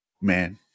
man